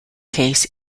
case